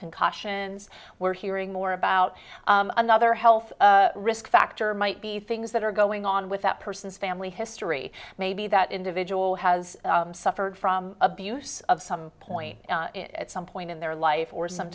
concussions we're hearing more about another health risk factor might be things that are going on with that person's family history maybe that individual has suffered from abuse of some point at some point in their life or some